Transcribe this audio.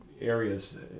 areas